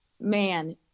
man